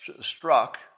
struck